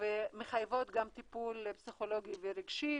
והן מחייבות גם טיפול פסיכולוגי ורגשי,